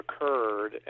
occurred